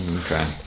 Okay